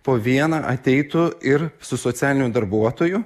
po vieną ateitų ir su socialiniu darbuotoju